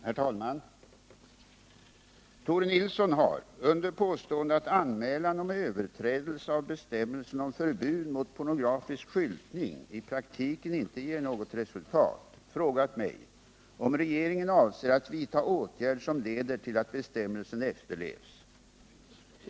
Herr talman! Tore Nilsson har — under påstående att anmälan om överträdelse av bestämmelsen om förbud mot pornografisk skyltning i praktiken inte ger något resultat — frågat mig om regeringen avser att vidta åtgärd som leder till att bestämmelsen efterlevs.